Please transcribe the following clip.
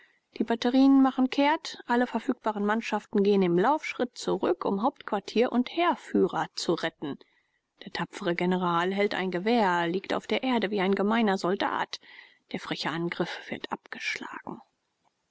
die batterien machen kehrt alle verfügbaren mannschaften gehen im laufschritt zurück um hauptquartier und heerführer zu retten der tapfre general hält ein gewehr liegt auf der erde wie ein gemeiner soldat der freche angriff wird abgeschlagen